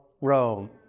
Rome